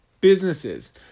businesses